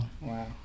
Wow